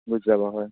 গুচি যাব হয়